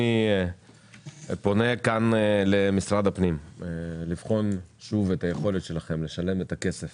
אני פונה כאן למשרד הפנים בבקשה לבחון שוב את היכולת שלכם לשלם את הכסף